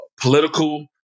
political